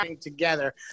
together